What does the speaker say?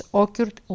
occurred